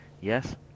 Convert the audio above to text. Yes